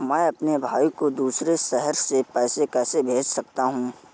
मैं अपने भाई को दूसरे शहर से पैसे कैसे भेज सकता हूँ?